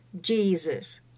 Jesus